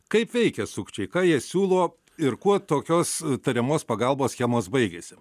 kaip veikia sukčiai ką jie siūlo ir kuo tokios tariamos pagalbos schemos baigiasi